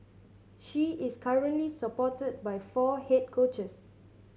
she is currently supported by four head coaches